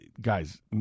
Guys